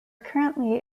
currently